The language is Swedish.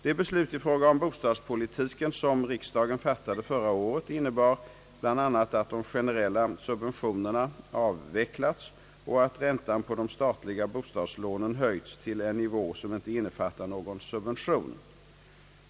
De beslut i fråga om bostadspolitiken som riksdagen fattade förra året innebar bl.a. att de generella subventionerna avvecklats och att räntan på de statliga bostadslånen höjts till en nivå som inte innefattar någon subvention.